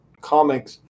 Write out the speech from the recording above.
comics